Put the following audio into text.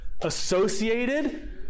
associated